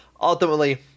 ultimately